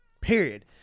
Period